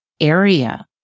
area